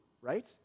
Right